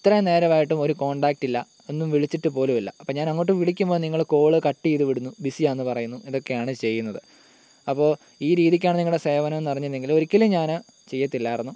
ഇത്രയും നേരമായിട്ടും ഒരു കോണ്ടാക്ട് ഇല്ല ഒന്ന് വിളിച്ചിട്ടു പോലും ഇല്ല അപ്പോൾ ഞാൻ അങ്ങോട്ട് വിളിക്കുമ്പോൾ നിങ്ങൾ കോള് കട്ടെയ്ത് വിടുന്നു ബിസിയാണെന്ന് പറയുന്നു ഇതൊക്കെയാണ് ചെയ്യുന്നത് അപ്പോൾ ഈ രീതിയ്ക്കാണ് നിങ്ങളുടെ സേവനം എന്ന് അറിഞ്ഞിരുന്നെങ്കിൽ ഒരിക്കലും ഞാൻ ചെയ്യത്തില്ലായിരുന്നു